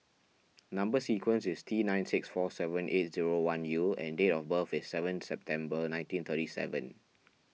Number Sequence is T nine six four seven eight zero one U and date of birth is seven September nineteen thirty seven